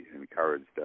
encouraged